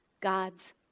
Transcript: God's